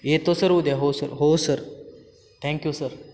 येतो सर उद्या हो सर हो सर थँक्यू सर